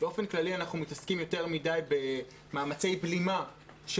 באופן כללי אנחנו מתעסקים יותר מדי במאמצי בלימה של